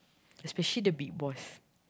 especially the big boss